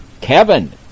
Kevin